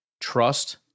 trust